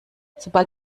sobald